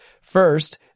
First